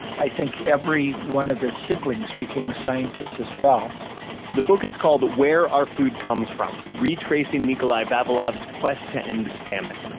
i think every one of his siblings became a scientist as well the book is called where our food comes from retracing nikolay vavilov's quest to end famine.